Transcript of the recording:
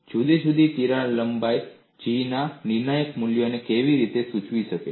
જુદી જુદી તિરાડ લંબાઈ G ના નિર્ણાયક મૂલ્યને કેવી રીતે સૂચવે છે